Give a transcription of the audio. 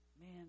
man